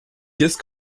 just